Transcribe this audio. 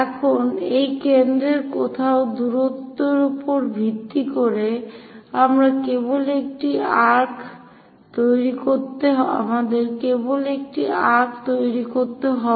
এখন এই কেন্দ্রের কোথাও দূরত্বের উপর ভিত্তি করে আমরা কেবল একটি একটি আর্ক্ তৈরি করতে হবে